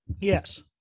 Yes